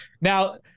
now